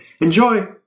Enjoy